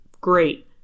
great